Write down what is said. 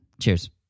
Cheers